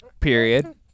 period